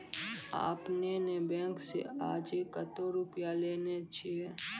आपने ने बैंक से आजे कतो रुपिया लेने छियि?